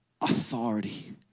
authority